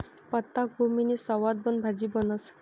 पत्ताकोबीनी सवादबन भाजी बनस